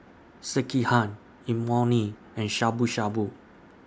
Sekihan Imoni and Shabu Shabu